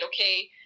okay